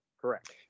correct